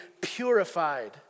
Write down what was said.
purified